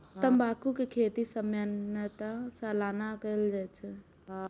तंबाकू के खेती सामान्यतः सालाना कैल जाइ छै